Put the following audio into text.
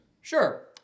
Sure